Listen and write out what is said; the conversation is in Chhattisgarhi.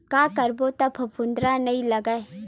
का करबो त फफूंद नहीं लगय?